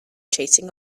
chasing